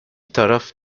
taraf